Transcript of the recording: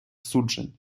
суджень